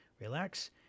relax